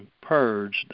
purged